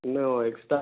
இன்னும் எக்ஸ்ட்டா